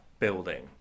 Building